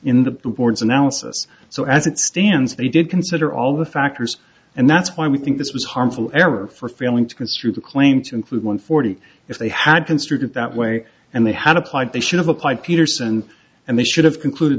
in the board's analysis so as it stands they did consider all the factors and that's why we think this was harmful error for failing to construe the claim to include one forty if they had construed it that way and they had applied they should have applied peterson and they should have concluded